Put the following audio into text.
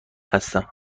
هستم